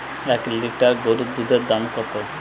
এক লিটার গোরুর দুধের দাম কত?